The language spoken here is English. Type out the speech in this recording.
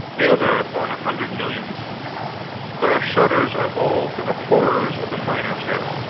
the other upon a hundred millions but our shudders are all for the horrors of the minor terror,